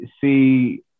see